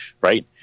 Right